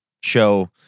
show